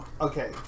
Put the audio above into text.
Okay